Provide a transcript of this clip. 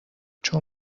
چون